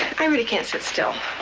i really can't sit still.